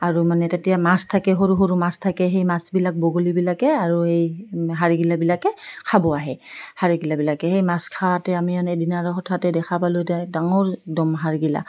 আৰু মানে তেতিয়া মাছ থাকে সৰু সৰু মাছ থাকে সেই মাছবিলাক বগলীবিলাকে আৰু এই হাড়গিলাবিলাকে খাব আহে হাড়গিলাবিলাকে সেই মাছ খাৱাতে আমি মানে এদিনা হঠাতে দেখাবলৈ যায় ডাঙৰ একদম হাড়গিলা